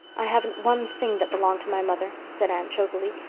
i haven't one thing that belonged to my mother, said anne, chokily.